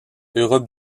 europe